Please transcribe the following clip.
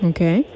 Okay